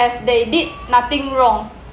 as they did nothing wrong